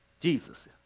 Jesus